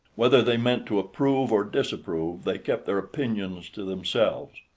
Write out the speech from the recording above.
whether they meant to approve or disapprove, they kept their opinions to themselves.